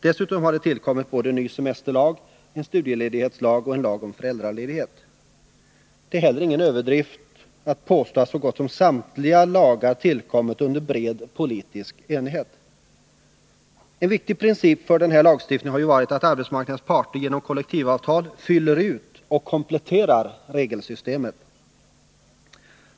Dessutom har det tillkommit en ny semesterlag, en studieledighetslag och en lag om föräldraledighet. Det är heller ingen överdrift att påstå att så gott som samtliga lagar tillkommit under bred politisk enighet. En viktig princip för den här lagstiftningen har varit att arbetsmarknadens parter genom kollektivavtal fyller ut och kompletterar regelsystemen.